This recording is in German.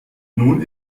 nun